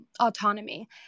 autonomy